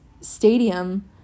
stadium